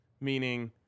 meaning